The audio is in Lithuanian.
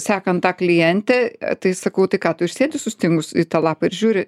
sekant tą klientę tai sakau tai ką tu ir sėdi sustingus į tą lapą ir žiūri